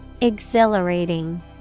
Exhilarating